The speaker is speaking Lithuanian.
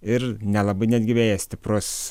ir nelabai netgi vėjas stiprus